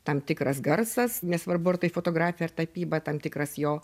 tam tikras garsas nesvarbu ar tai fotografija ar tapyba tam tikras jo